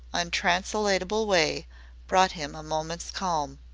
untranslatable way brought him a moment's calm.